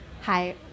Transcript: Hi